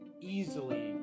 easily